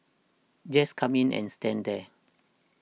just come in and stand there